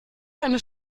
eine